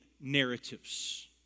narratives